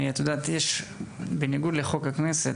בהתאם לחוק הכנסת,